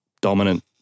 dominant